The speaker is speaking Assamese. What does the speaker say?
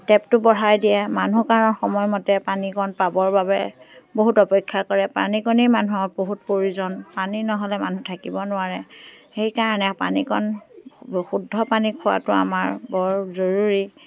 টেপটো বঢ়াই দিয়ে মানুহক আৰু সময়মতে পানীকণ পাবৰ বাবে বহুত অপেক্ষা কৰে পানীকণেই মানুহৰ বহুত প্ৰয়োজন পানী নহ'লে মানুহ থাকিব নোৱাৰে সেইকাৰণে পানীকণ শুদ্ধ পানী খোৱাটো আমাৰ বৰ জৰুৰী